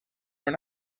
were